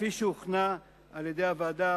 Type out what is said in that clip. כפי שהוכנה על-ידי הוועדה.